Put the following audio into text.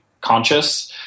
conscious –